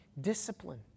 discipline